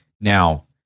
Now